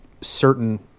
certain